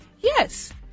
Yes